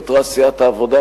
נותרה סיעת העבודה,